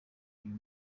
uyu